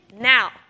now